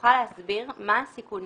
תוכל להסביר מה הסיכונים?